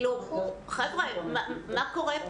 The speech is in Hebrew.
חבר'ה, מה קורה פה?